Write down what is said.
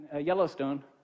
yellowstone